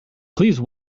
please